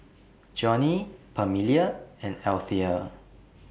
Johnny Pamelia and Althea